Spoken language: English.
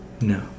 No